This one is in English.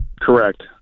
Correct